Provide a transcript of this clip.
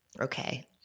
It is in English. Okay